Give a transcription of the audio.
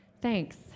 Thanks